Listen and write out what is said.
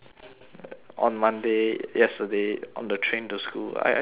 on monday yesterday on the train to school I I don't know why